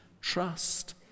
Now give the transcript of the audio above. Trust